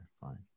fine